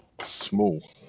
small